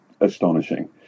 astonishing